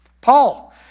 Paul